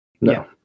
no